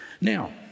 Now